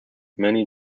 many